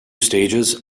stages